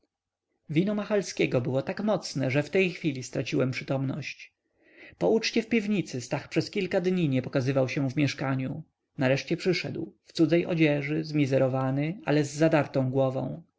wino machalskiego było tak mocne że w tej chwili straciłem przytomność po uczcie w piwnicy stach przez kilka dni nie pokazał się w mieszkaniu nareszcie przyszedł w cudzej odzieży zmizerowany ale z zadartą głową